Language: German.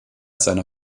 seine